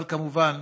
אבל כמובן